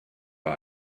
war